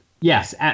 Yes